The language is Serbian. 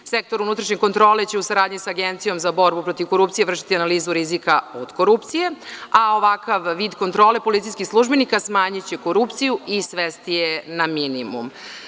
Sektor unutrašnje kontrole će u saradnji sa Agencijom za borbu protiv korupcije vršiti analizu rizika od korupcije, a ovakav vid kontrole policijskih službenika smanjiće korupciju i svesti je na minimum.